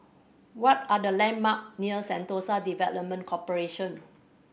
what are the landmark near Sentosa Development Corporation